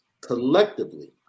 collectively